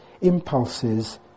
impulses